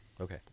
okay